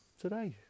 today